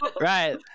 Right